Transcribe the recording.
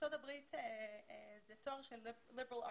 בארצות הברית זה תואר של בוגר.